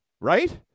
right